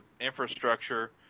infrastructure